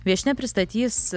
viešnia pristatys